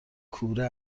کوره